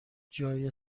جای